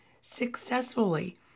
successfully